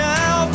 now